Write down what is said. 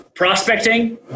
prospecting